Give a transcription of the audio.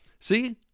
See